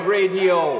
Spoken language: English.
Radio